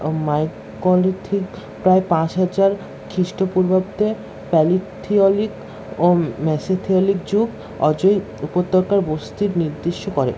microlithic প্রায় পাঁচ হাজার খ্রিস্টপূর্বাব্দে প্যালিথিওলিক ও মেসোলিথিক যুগ অজয় উপত্যকার বস্তু নির্দিষ্ট করে